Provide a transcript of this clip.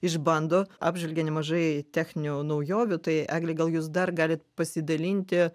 išbando apžvelgė nemažai techninių naujovių tai egle gal jūs dar galit pasidalinti